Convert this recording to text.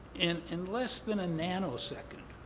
in in less than a nanosecond,